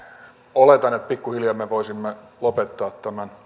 oletan että pikkuhiljaa me voisimme lopettaa